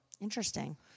Interesting